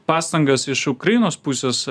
pastangas iš ukrainos pusės